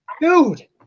dude